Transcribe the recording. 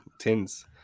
Tins